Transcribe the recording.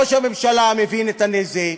ראש הממשלה מבין את הנזק,